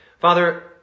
Father